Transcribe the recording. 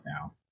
now